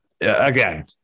again